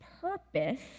purpose